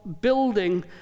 building